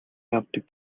явдаг